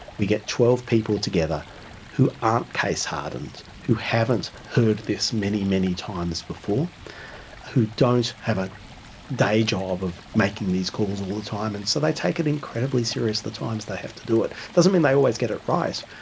we get twelve people together who aren't case-hardened, who haven't heard this many, many times before who don't have a day job of making these calls all the time, and so they take it incredibly seriously the times they have to do it. it doesn't they always get it right,